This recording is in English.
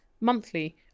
monthly